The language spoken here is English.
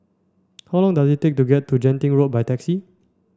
how long does it take to get to Genting Road by taxi